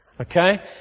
Okay